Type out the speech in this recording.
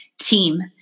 team